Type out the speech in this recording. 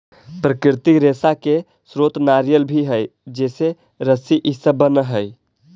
प्राकृतिक रेशा के स्रोत नारियल भी हई जेसे रस्सी इ सब बनऽ हई